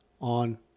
on